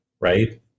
right